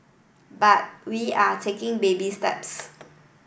but we are taking baby steps